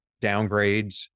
downgrades